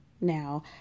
now